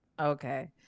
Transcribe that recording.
Okay